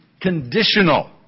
conditional